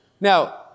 Now